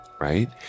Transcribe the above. right